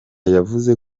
yavuze